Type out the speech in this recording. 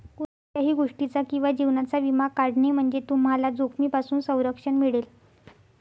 कोणत्याही गोष्टीचा किंवा जीवनाचा विमा काढणे म्हणजे तुम्हाला जोखमीपासून संरक्षण मिळेल